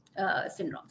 syndromes